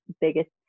biggest